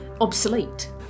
obsolete